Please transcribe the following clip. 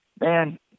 Man